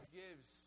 gives